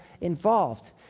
involved